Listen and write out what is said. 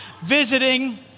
visiting